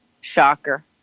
shocker